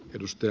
kiitos